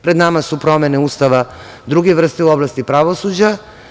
Pred nama su promene Ustava druge vrste u oblasti pravosuđa.